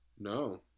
No